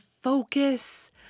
focus